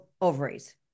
ovaries